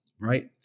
right